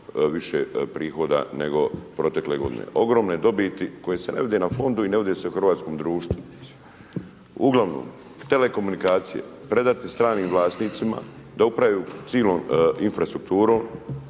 više prihoda nego protekle godine. Ogromne dobiti koje se ne vide na fondu i ne vide se u hrvatskom društvu. Uglavnom telekomunikacije predati stranim vlasnicima da upravljaju cijelom infrastrukturom